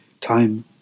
time